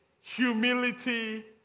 humility